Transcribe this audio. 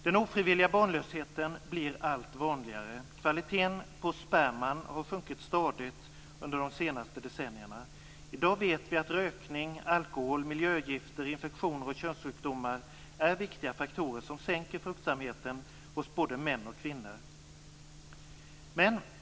Den ofrivilliga barnlösheten blir allt vanligare. Kvaliteten på sperman har sjunkit stadigt under de senaste decennierna. I dag vet vi att rökning, alkohol, miljögifter, infektioner och könssjukdomar är viktiga faktorer som sänker fruktsamheten hos både män och kvinnor.